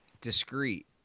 discrete